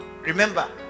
remember